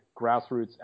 grassroots